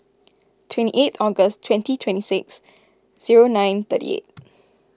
twenty eighth August twenty twenty six zero nine thirty eight